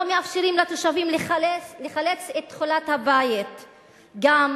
לא מאפשרים לתושבים לחלץ את תכולת הבית וגם